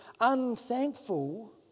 unthankful